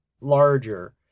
larger